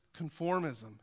conformism